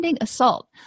assault